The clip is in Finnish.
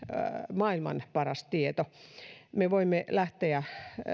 maailman paras tieto me voimme lähteä